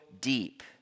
deep